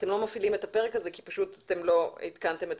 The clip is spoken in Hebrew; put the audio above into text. אתם לא מפעילים את הפרק הזה כי אתם לא עדכנתם את